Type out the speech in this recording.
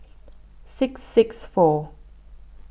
six six four